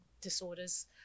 disorders